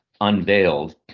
unveiled